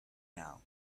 now